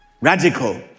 radical